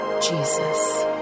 Jesus